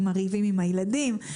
עם הריבים עם הילדים.